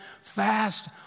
fast